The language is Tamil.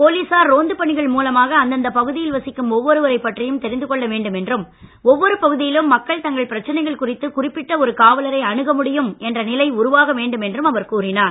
போலீசார் ரோந்துப் பணிகள் மூலமாக அந்தந்தப் பகுதியில் வசிக்கும் ஒவ்வொருவரைப் பற்றியும் தெரிந்து கொள்ள வேண்டும் என்றும் ஒவ்வொரு பகுதியிலும் மக்கள் தங்கள் பிரச்சனைகள் குறித்து குறிப்பிட்ட ஒரு காவலரை அணுக முடியும் என்ற நிலை உருவாக வேண்டும் என்றும் அவர் கூறினார்